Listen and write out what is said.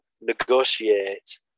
negotiate